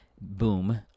Boom